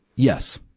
yes.